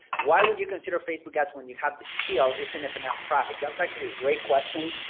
why would you consider facebook ads when you have the shield is enough enough traffic? that's actually a great question,